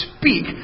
speak